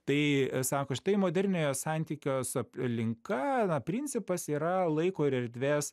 tai sako štai moderniojo santykio su aplinka principas yra laiko ir erdvės